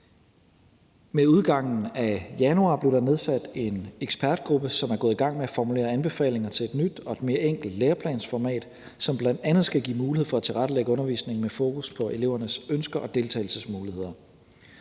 Med udgangen af januar blev der nedsat en ekspertgruppe, som er gået i gang med at formulere anbefalinger til et nyt og et mere enkelt læreplansformat, som bl.a. skal give mulighed for at tilrettelægge undervisningen med fokus på elevernes ønsker og deltagelsesmuligheder.